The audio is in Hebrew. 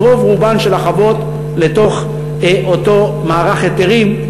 את רוב-רובן של החוות לתוך אותו מערך היתרים,